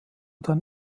dann